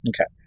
Okay